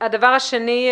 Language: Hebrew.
הדבר השני.